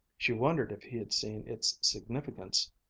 she wondered if he had seen its significance,